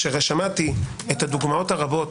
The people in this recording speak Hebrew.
כששמעתי את הדוגמאות הרבות